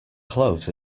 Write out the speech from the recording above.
clothes